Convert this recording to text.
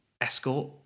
Escort